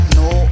no